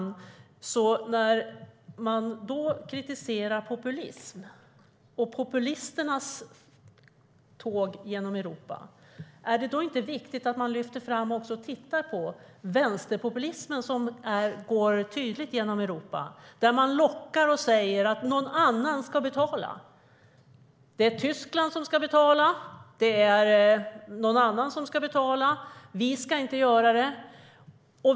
När man kritiserar populism och populisternas tåg genom Europa, är det då inte viktigt att också lyfta fram den vänsterpopulism som tydligt går genom Europa? De lockar och säger att någon annan ska betala. Det är Tyskland och andra som ska betala. De ska inte göra det.